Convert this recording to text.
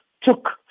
took